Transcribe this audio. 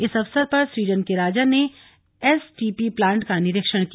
इस अवसर पर स्वीडन के राजा ने एसटीपी प्लांट का निरीक्षण किया